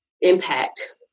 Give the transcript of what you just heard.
impact